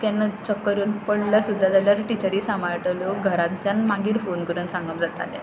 केन्ना चक्कर येवन पडलो सुद्दा जाल्यार टिचरी सांबाळटल्यो घरानच्यान मागीर फोन करून सांगप जातालें